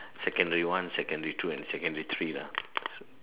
secondary one secondary two and secondary three lah